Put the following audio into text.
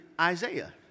Isaiah